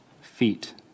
feet